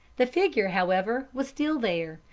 the figure, however, was still there,